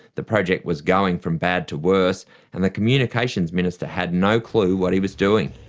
the project was going from bad to worse and the communications minister had no clue what he was doing.